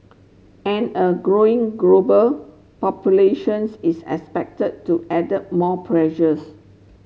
and a growing global populations is expected to added more pressures